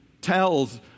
tells